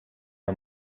her